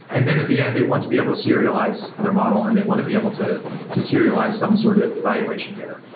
and then at the end they want to be able to serialize their model and they want to be able to to serialize some sort of evaluation data.